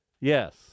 Yes